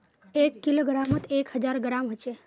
एक किलोग्रमोत एक हजार ग्राम होचे